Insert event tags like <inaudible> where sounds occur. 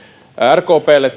rkplle <unintelligible>